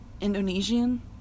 Indonesian